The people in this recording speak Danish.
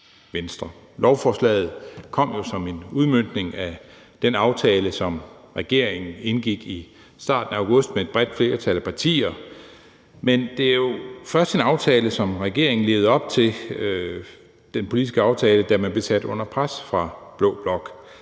Venstre. Lovforslaget kom jo som en udmøntning af den aftale, som regeringen indgik i starten af august med et bredt flertal af partier. Men det er jo først en aftale, som regeringen levede op til – den politiske aftale – da man blev sat under pres fra blå blok.